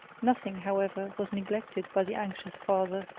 nothing however, was neglected by the anxious father,